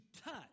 touch